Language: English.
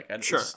Sure